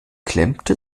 klemmte